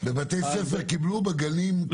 בבתי ספר קיבלו, בגנים לא.